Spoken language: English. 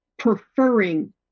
preferring